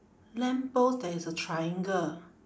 lamp post there is a triangle